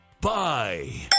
Bye